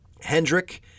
Hendrick